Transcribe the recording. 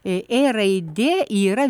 ė raidė yra